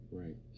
right